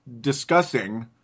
discussing